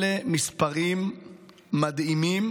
אלה מספרים מדהימים